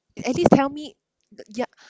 at least tell me th~ ya